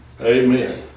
Amen